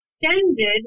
Extended